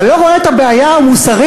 אתה לא רואה את הבעיה המוסרית,